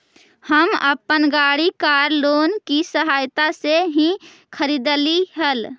हम अपन गाड़ी कार लोन की सहायता से ही खरीदली हल